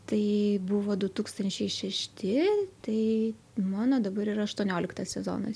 tai buvo du tūkstančiai šešti tai mano dabar yra aštuonioliktas sezonas